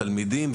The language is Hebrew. לתלמידים,